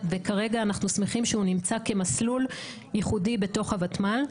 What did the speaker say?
כרגע אנחנו שמחים שהוא נמצא כמסלול ייחודי בתוך הוותמ"ל.